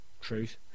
truth